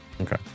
Okay